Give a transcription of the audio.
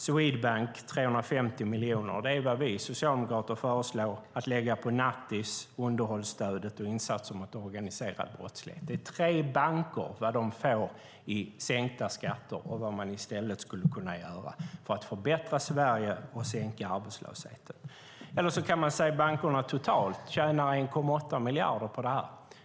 Swedbank får 350 miljoner. Det är vad vi socialdemokrater föreslår att lägga på nattis, underhållsstödet och insatserna mot organiserad brottslighet. Detta är vad tre banker får i sänkta skatter och vad man skulle kunna göra i stället för att förbättra Sverige och sänka arbetslösheten. Totalt tjänar bankerna 1,8 miljarder på detta.